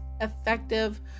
effective